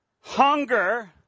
hunger